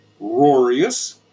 Rorius